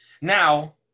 Now